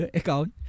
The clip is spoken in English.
account